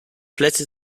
plätze